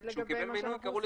לגבי מה שאנחנו עושים